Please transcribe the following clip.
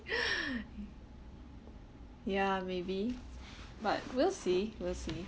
ya maybe but we'll see we'll see